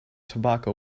tobacco